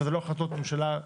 ואלה לא החלטות ממשלה.